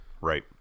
right